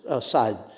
side